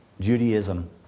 Judaism